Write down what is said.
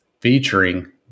featuring